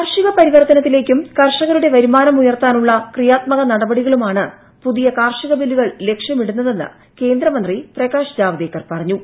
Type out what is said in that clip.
കാർഷിക പരിവർത്തനത്തിലേക്കും കർഷകരുടെ വരുമാനം ഉയർത്താനുള്ള ക്രിയാത്മക നടപടികളുമാണ് പുതിയ കാർഷിക ബില്ലുകൾ ലക്ഷ്യമിടുന്നതെന്ന് കേന്ദ്രമന്ത്രി പ്രകാശ് ജാവ്ദേക്കർ പറഞ്ഞു